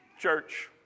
Church